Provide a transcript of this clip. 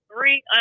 three